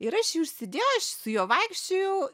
ir aš jį užsidėjau aš su juo vaikščiojau